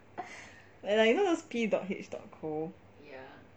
ya you know those p dot h dot koh